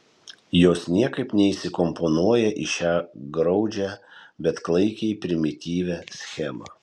jos niekaip neįsikomponuoja į šią graudžią bet klaikiai primityvią schemą